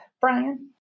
brian